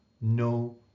no